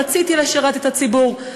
רציתי לשרת את הציבור,